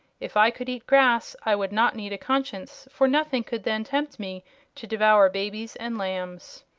if i could eat grass i would not need a conscience, for nothing could then tempt me to devour babies and lambs.